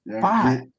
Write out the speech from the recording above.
Five